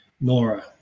nora